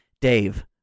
Dave